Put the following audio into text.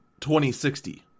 2060